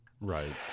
Right